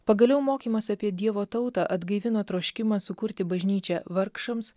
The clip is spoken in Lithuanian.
pagaliau mokymas apie dievo tautą atgaivino troškimą sukurti bažnyčią vargšams